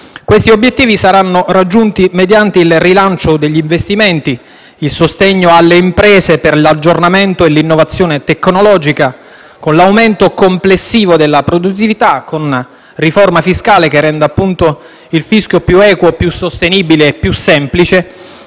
Questi obiettivi saranno raggiunti mediante il rilancio degli investimenti, il sostegno alle imprese per l'aggiornamento e l'innovazione tecnologica, l'aumento complessivo della produttività, la riforma fiscale che renda il fisco più equo, più sostenibile e più semplice